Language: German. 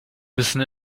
müssen